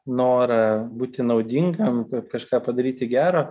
norą būti naudingam kad kažką padaryti gerą